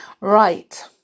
Right